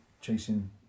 chasing